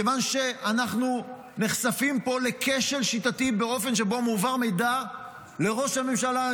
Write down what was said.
כיוון שאנחנו נחשפים פה לכשל שיטתי באופן שבו מועבר מידע לראש הממשלה,